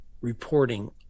reporting